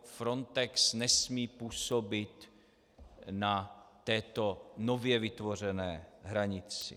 Frontex nesmí působit na této nově vytvořené hranici.